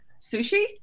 Sushi